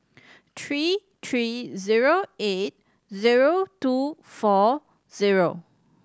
three three zero eight zero two four zero